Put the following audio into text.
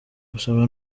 gusaba